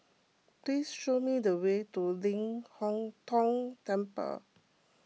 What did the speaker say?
please show me the way to Ling Hong Tong Temple